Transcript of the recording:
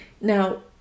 Now